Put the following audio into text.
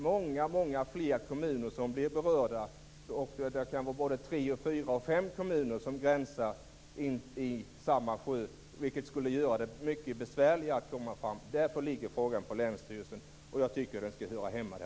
Många fler kommuner blir berörda. Det kan vara både tre, fyra och fem kommuner som gränsar till samma sjö. Det skulle göra det mycket besvärligare att komma fram. Därför ligger frågan på länsstyrelsen. Jag tycker att den skall höra hemma där.